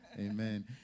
Amen